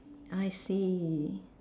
I see